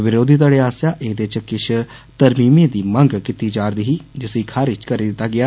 बरोधी धड़े आसेआ एह्दे च किष तरमीमें दी मंग कीती जा'रदी ही जिसी खारिज करी दित्ता गेआ